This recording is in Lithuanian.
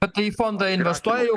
bet tai fondai investuoja jau